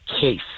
case